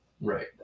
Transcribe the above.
Right